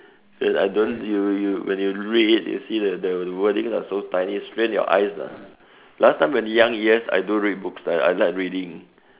then I don't you you when you read it you see the the wordings are so tiny strain your eyes lah last time when young yes I do read books ah I like reading